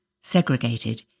segregated